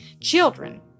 children